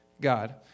God